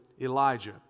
Elijah